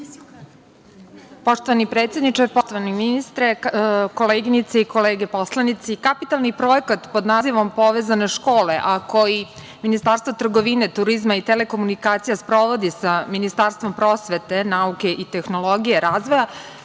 Hvala. Poštovani predsedniče, poštovani ministre, koleginice i kolege poslanici, kapitalni projekat pod nazivom „Povezane škole“, a koji Ministarstvo trgovine, turizma i telekomunikacija sprovodi sa Ministarstvom prosvete, nauke, tehnologije i razvoja